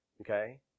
Okay